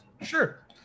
Sure